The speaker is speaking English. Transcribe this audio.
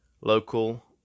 local